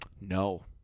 No